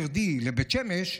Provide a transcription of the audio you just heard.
תרדי לבית שמש,